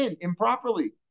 Improperly